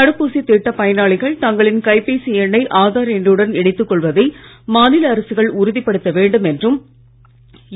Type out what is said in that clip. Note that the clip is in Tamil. தடுப்பூசித் திட்டப் பயனாளிகள் தங்களின் கைபேசி எண்ணை ஆதார் எண்ணுடன் இணைத்துக் கொள்வதை மாநில அரசுகள் உறுதிப்படுத்த வேண்டும் என்றும்